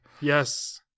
Yes